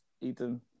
Ethan